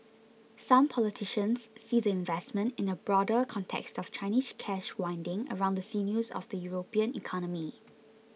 some politicians see the investment in a broader context of Chinese cash winding around the sinews of the European economy